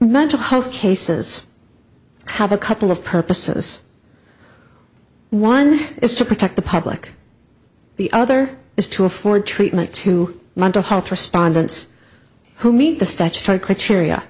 mental health cases have a couple of purposes one is to protect the public the other is to afford treatment to mental health respondents who meet the